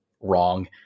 wrong